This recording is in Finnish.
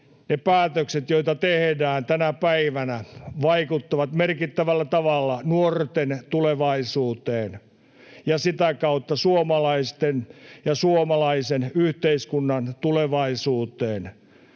ne päätökset, joita tehdään tänä päivänä, vaikuttavat merkittävällä tavalla nuorten tulevaisuuteen ja sitä kautta suomalaisten ja suomalaisen yhteiskunnan tulevaisuuteen.